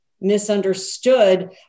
misunderstood